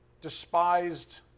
despised